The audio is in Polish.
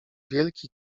wielki